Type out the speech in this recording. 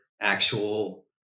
actual